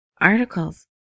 articles